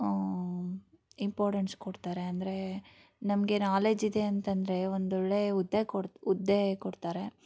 importance ಕೊಡ್ತಾರೆ ಅಂದರೆ ನಮಗೆ ನಾಲೇಜ್ ಇದೆ ಅಂತಂದರೆ ಒಂದೊಳ್ಳೆಯ ಹುದ್ದೆ ಕೊಡು ಹುದ್ದೆ ಕೊಡ್ತಾರೆ